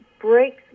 breaks